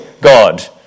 God